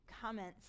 comments